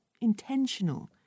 intentional